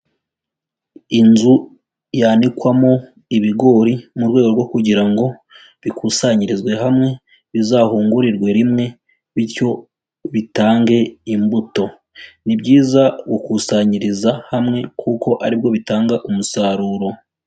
Inzu yanikwamo ibigori mu rwego rwo kugira ngo bikusanyirizwe hamwe bizahungurirwe rimwe bityo bitange imbuto, ni byiza gukusanyiriza hamwe kuko aribwo bitanga umusaruro.